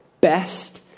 best